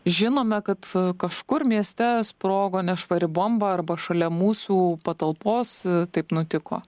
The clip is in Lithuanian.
žinome kad kažkur mieste sprogo nešvari bomba arba šalia mūsų patalpos taip nutiko